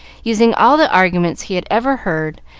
using all the arguments he had ever heard,